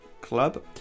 club